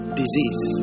disease